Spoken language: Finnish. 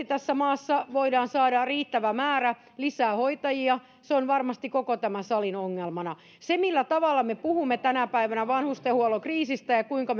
tässä massa voidaan saada riittävä määrä lisää hoitajia on varmasti koko tämän salin ongelmana se millä tavalla me puhumme tänä päivänä vanhustenhuollon kriisistä ja kuinka